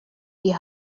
die